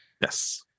Yes